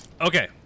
Okay